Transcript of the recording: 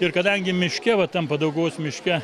ir kadangi miške va tam padauguvos miške